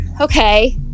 okay